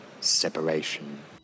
Separation